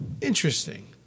Interesting